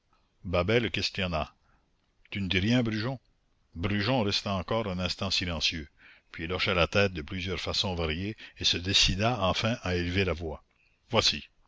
babet le questionna tu ne dis rien brujon brujon resta encore un instant silencieux puis il hocha la tête de plusieurs façons variées et se décida enfin à élever la voix voici